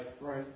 right